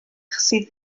sydd